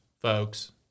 folks